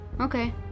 Okay